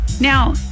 Now